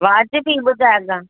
वाजिबी ॿुधाइजांइ